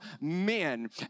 men